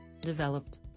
developed